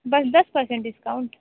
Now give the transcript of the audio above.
बस दस percent discount